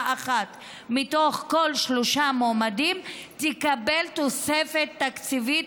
אחת מתוך שלושה מועמדים תקבל תוספת תקציבית,